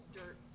dirt